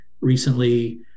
recently